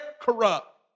corrupt